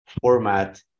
format